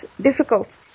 difficult